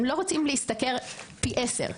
הם לא רוצים להשתכר פי עשרה,